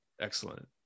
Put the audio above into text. excellent